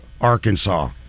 Arkansas